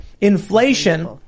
inflation